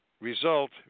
result